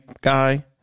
guy